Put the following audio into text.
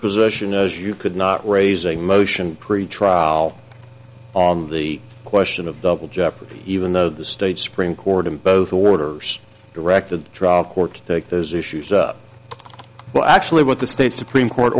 position is you could not raise a motion pre trial on the question of double jeopardy even though the state supreme court in both orders directed trial court to take those issues well actually what the state supreme court